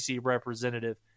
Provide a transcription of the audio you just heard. representative